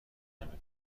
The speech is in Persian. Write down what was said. دانم